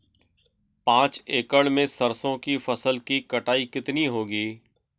पांच एकड़ में सरसों की फसल की कटाई कितनी होगी?